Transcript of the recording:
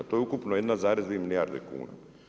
To je ukupno 1,2 milijarde kuna.